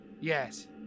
Yes